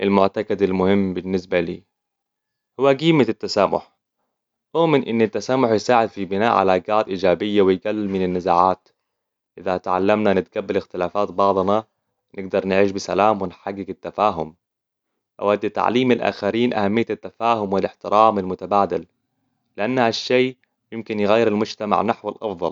المعتقد المهم بالنسبة لي هو قيمة التسامح. هو من أن التسامح يساعد في بناء علاقات إيجابية ويقلل من النزاعات. إذا تعلمنا نتقبل اختلافات بعضنا، نقدرنعيش بسلام ونحقق التفاهم. أود تعليم الآخرين أهمية التفاهم والإحترام المتبادل. لأن هالشيء يمكن يغير المجتمع نحو الأفضل.